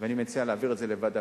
אני מציע להעביר את הנושא הזה לדיון